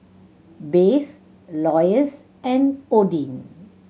Besse Loyce and Odin